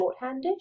shorthandish